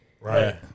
Right